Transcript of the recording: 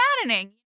maddening